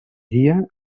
dia